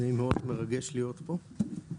מאוד מרגש להיות פה.